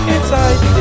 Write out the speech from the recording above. Inside